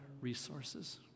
resources